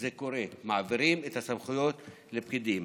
זה קורה, מעבירים את הסמכויות לפקידים.